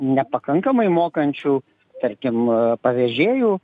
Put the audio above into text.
nepakankamai mokančių tarkim pavėžėjų